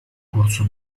corso